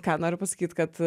ką noriu pasakyt kad